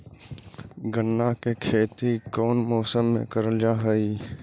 गन्ना के खेती कोउन मौसम मे करल जा हई?